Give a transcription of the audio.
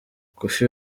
koffi